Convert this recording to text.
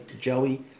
Joey